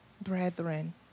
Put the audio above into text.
brethren